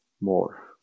more